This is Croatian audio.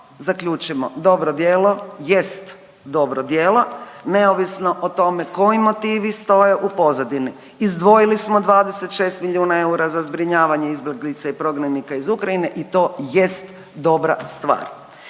zaključimo, dobro djelo jest dobro djelo neovisno o tome koji motivi stoje u pozadini. Izdvojili smo 26 milijuna eura za zbrinjavanje izbjeglica i prognanika iz Ukrajina i to jest dobra stvar.